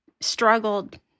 struggled